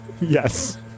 Yes